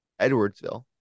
Edwardsville